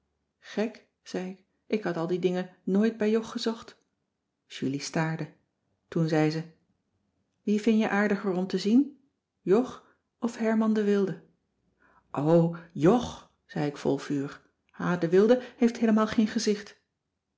gek zei ik ik had al die dingen nooit bij jog gezocht julie staarde toen zei ze wie vin je aardiger om te zien jog of herman de wilde o jog zei ik vol vuur h de wilde heeft heelemaal geen gezicht